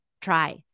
try